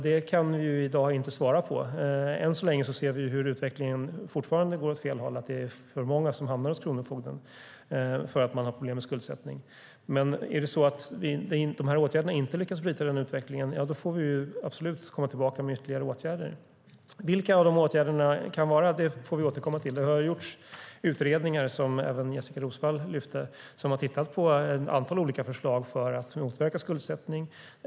Det kan vi inte svara på i dag. Än så länge ser vi att utvecklingen fortfarande går åt fel håll. Det är för många som hamnar hos kronofogden eftersom de har problem med skuldsättning. Om de här åtgärderna inte lyckas bryta den utvecklingen får vi absolut komma tillbaka med ytterligare åtgärder. Vilka åtgärder det kan vara får vi återkomma till. Det har gjorts utredningar, vilket även Jessika Roswall lyfte fram, som har tittat på ett antal olika förslag för att motverka skuldsättning.